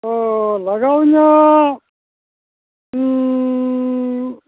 ᱚ ᱞᱟᱜᱟᱣ ᱤᱧᱟᱹ